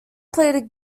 pleaded